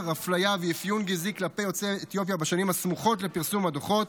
אפליה ואפיון גזעי כלפי יוצאי אתיופיה בשנים הסמוכות לפרסום הדוחות,